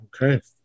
Okay